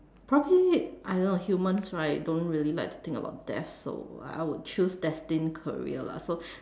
probably I don't know humans right don't really like to think about death so I would choose destined career lah so